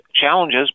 challenges